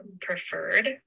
preferred